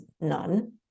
none